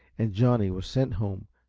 and johnny was sent home,